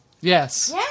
Yes